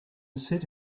sit